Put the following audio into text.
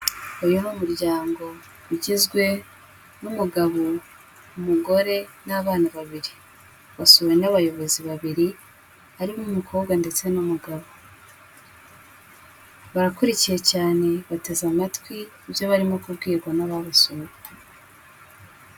Uyu niryango ugizwe n'umugabo umugore n'abana babiri, wasuwe n'abayobozi babiri barimo umukobwa ndetse n'umugabo, barakurikiye cyane bateze amatwi ibyo barimo kubwirwa n'ababisuye.